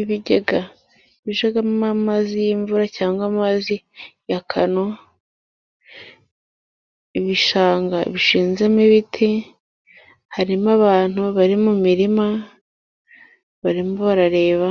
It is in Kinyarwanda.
Ibigega bijyamo amazi y'imvura cyangwa amazi yakano. Ibishanga bishinzemo ibiti harimo abantu bari mu mirima barimo barareba